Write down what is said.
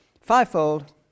fivefold